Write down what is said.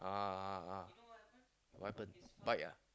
ah ah ah what happened bike ah